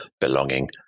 belonging